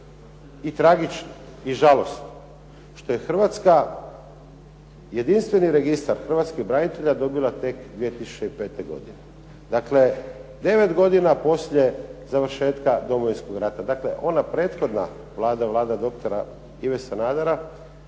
tragično i žalost da je Hrvatska jedinstveni Registar Hrvatskih branitelja dobila tek 2005. godine, dakle 9 godina nakon završetka Domovinskog rata. Dakle ona prethodna Vlada, prethodna Vlada dr.